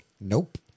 Nope